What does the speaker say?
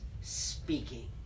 speaking